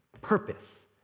purpose